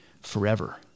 forever